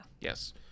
Yes